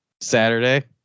Saturday